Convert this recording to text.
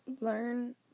learn